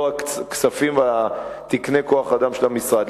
הכספים ותקני כוח-האדם של המשרד.